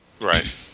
right